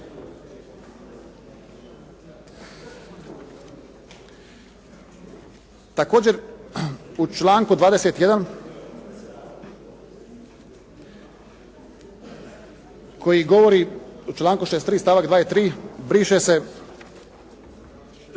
Također, u članku 21. koji govori: "u članku 63. stavak 2. i 3. briše se